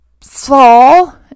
fall